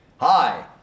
Hi